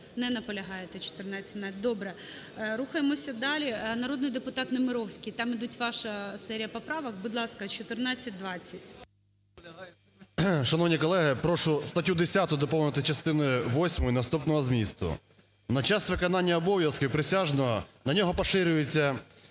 Не наполягаєте 1417, добре. Рухаємося далі. Народний депутат Немировський, там іде ваша серія поправок. Будь ласка, 1420. 13:28:58 НЕМИРОВСЬКИЙ А.В. Шановні колеги, прошу статтю 10 доповнити частиною восьмою наступного змісту: "На час виконання обов'язків присяжного на нього поширюються